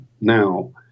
now